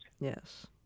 Yes